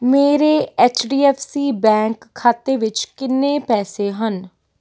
ਮੇਰੇ H D F C bank ਖਾਤੇ ਵਿੱਚ ਕਿੰਨੇ ਪੈਸੇ ਹਨ